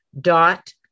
dot